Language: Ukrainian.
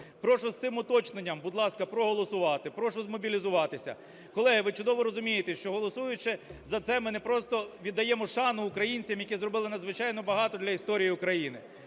Прошу з цим уточненням, будь ласка, проголосувати. Прошу змобілізуватися. Колеги, ви чудово розумієте, що, голосуючи за це, ми не просто віддаємо шану українцям, які зробили надзвичайно багато для історії України.